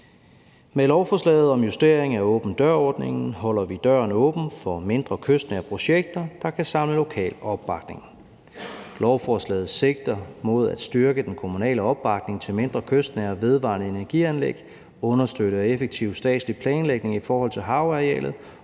Med lovforslaget om justering af åben dør-ordningen holder vi døren åben for mindre kystnære projekter, der kan samle lokal opbakning. Lovforslaget sigter mod at styrke den kommunale opbakning til mindre kystnære vedvarende energi-anlæg, understøtte en effektiv statslig planlægning i forhold til havarealet